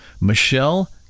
Michelle